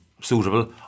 suitable